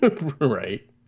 Right